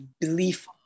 belief